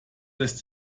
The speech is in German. lässt